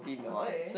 okay